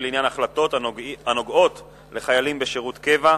לעניין החלטות הנוגעות לחיילים בשירות קבע),